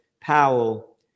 Powell